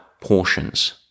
Portions